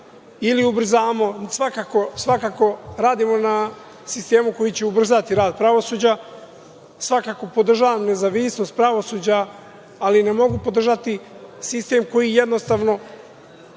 ili ubrzamo, svakako, radimo na sistemu koji će ubrzati rad pravosuđa, svakako podržavam nezavisnost pravosuđa, ali ne mogu podržati sistem koji jednostavno